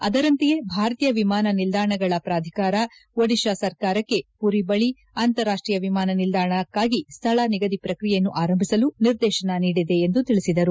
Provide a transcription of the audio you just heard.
ಅದರಂತೆಯೆ ಭಾರತೀಯ ವಿಮಾನ ನಿಲ್ದಾಣಗಳ ಪ್ರಾಧಿಕಾರ ಒಡಿಶಾ ಸರ್ಕಾರಕ್ಕೆ ಪುರಿ ಬಳಿ ಅಂತಾರಾಷ್ಟೀಯ ವಿಮಾನ ನಿಲ್ದಾಣಕ್ಕಾಗಿ ಸ್ಥಳ ನಿಗದಿ ಪ್ರಕ್ರಿಯೆಯನ್ನು ಆರಂಭಿಸಲು ನಿರ್ದೇಶನ ನೀಡಿದೆ ಎಂದು ತಿಳಿಸಿದರು